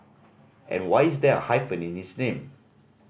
and why is there a hyphen in his name